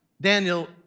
Daniel